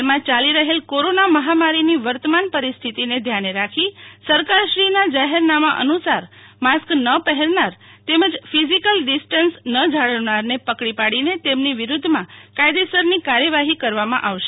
હાલમાં ચાલી રહેલ કોરોના મહામારીની વર્તમાન પરીસ્થિતીને ધ્યાને રાખી સરકારશ્રીનાં જાહેરનામાં અનુસાર માસ્ક ન પહેરનાર તેમજ ફિઝીકલી ડિસ્ટન્સ ન જાળવનારને પકડી પાડીને તેમની વિરુદ્ધમાં કાયદેસરની કાર્યવાફી કરવામાં આવશે